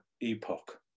epoch